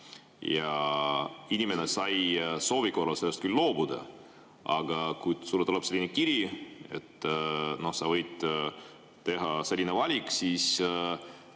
inimene sai soovi korral sellest küll loobuda, aga kui tuleb selline kiri, et sa võid teha sellise valiku, siis